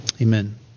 Amen